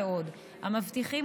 המבטיחות